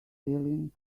feeling